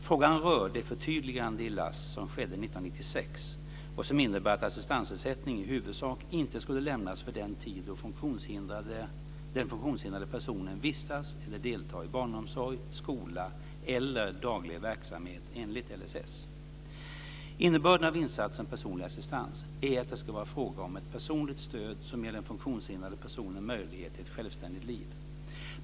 Frågan rör det förtydligande i LASS som skedde Innebörden av insatsen personlig assistans är att det ska vara fråga om ett personligt stöd som ger den funktionshindrade personen möjligheter till ett självständigt liv.